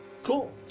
Cool